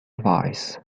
advice